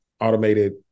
automated